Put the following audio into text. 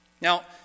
Now